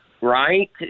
right